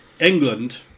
England